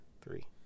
three